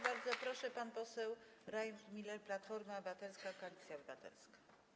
Bardzo proszę, pan poseł Rajmund Miller, Platforma Obywatelska - Koalicja Obywatelska.